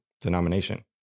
denomination